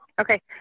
Okay